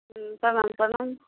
हँ प्रणाम प्रणाम